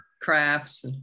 crafts